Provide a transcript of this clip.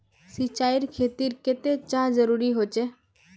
सिंचाईर खेतिर केते चाँह जरुरी होचे?